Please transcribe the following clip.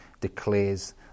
declares